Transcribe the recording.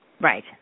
Right